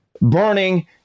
burning